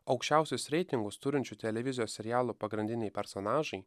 aukščiausius reitingus turinčių televizijos serialų pagrindiniai personažai